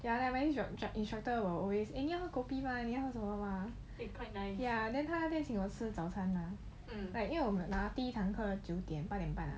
ya like my my instructor will always eh 你要和 kopi 吗你要和什么 mah ya then 他就在那边请我吃早餐 mah like 因为我们拿第一堂课是九点八点半